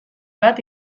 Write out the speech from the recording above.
bat